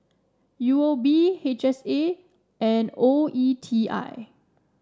U O B H S A and O E T I